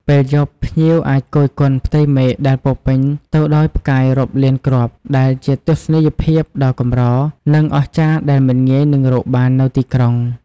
ពេលយប់ ភ្ញៀវអាចគយគន់ផ្ទៃមេឃដែលពោរពេញទៅដោយផ្កាយរាប់លានគ្រាប់ ដែលជាទស្សនីយភាពដ៏កម្រ និងអស្ចារ្យដែលមិនងាយនឹងរកបាននៅទីក្រុង។